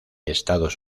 estados